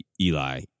Eli